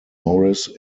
morris